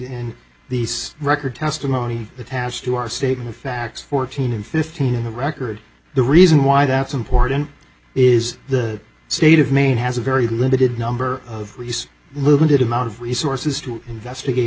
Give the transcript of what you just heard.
in these record testimony attached to our state facts fourteen and fifteen in the record the reason why that's important is the state of maine has a very limited number of limited amount of resources to investigate